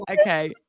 Okay